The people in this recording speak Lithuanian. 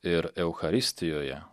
ir eucharistijoje